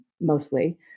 mostly